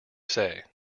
say